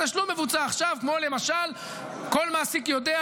התשלום מבוצע עכשיו, כמו למשל, כל מעסיק יודע,